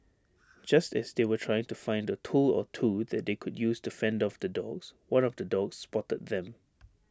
just as they were trying to find A tool or two that they could use to fend off the dogs one of the dogs spotted them